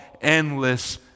endless